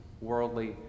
worldly